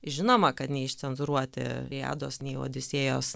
žinoma kad neišcenzūruoti iliados nei odisėjos